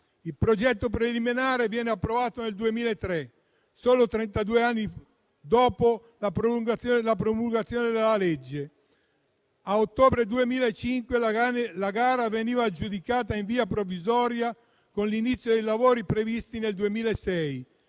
Il progetto preliminare venne approvato nel 2003, trentadue anni dopo la promulgazione della legge. A ottobre 2005 la gara veniva aggiudicata in via provvisoria, con l'inizio dei lavori previsto nel 2006